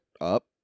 up